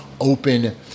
open